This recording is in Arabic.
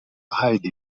أعد